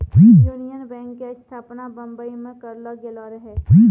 union bank के स्थापना बंबई मे करलो गेलो रहै